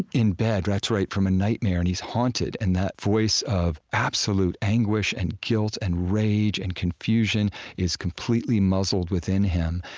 in bed that's right, from a nightmare, and he's haunted. that voice of absolute anguish and guilt and rage and confusion is completely muzzled within him.